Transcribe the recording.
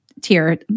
tier